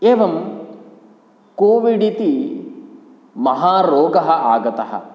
एवं कोविड् इति महारोगः आगतः